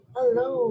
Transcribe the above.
Hello